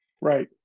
Right